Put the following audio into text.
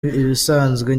ibisanzwe